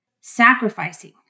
sacrificing